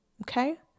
Okay